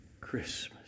Christmas